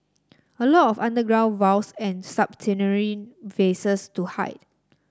a lot of underground vaults and subterranean faces to hide